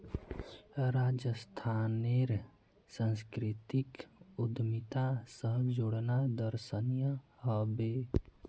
राजस्थानेर संस्कृतिक उद्यमिता स जोड़ना दर्शनीय ह बे